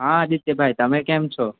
હાં આદિત્યભાઈ તમે કેમ છો